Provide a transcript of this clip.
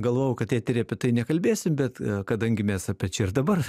galvojau kad etery apie tai nekalbėsiu bet a kadangi mes apie čia ir dabar